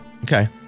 Okay